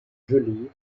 julie